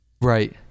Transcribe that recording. Right